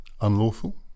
unlawful